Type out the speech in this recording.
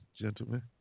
gentlemen